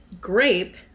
grape